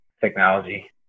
technology